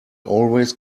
always